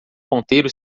ponteiro